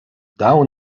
dawn